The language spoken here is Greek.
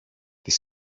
τις